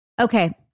Okay